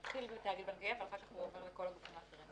זה מתחיל בתאגיד בנקאי ואחר כך עובר לכל הגופים האחרים.